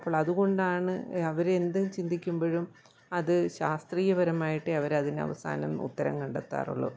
അപ്പോൾ അതുകൊണ്ടാണ് അവരെന്ത് ചിന്തിക്കുമ്പോഴും അത് ശാസ്ത്രീയപരമായിട്ടേ അവരതിന് അവസാനം ഉത്തരം കണ്ടെത്താറുള്ളു